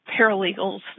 paralegals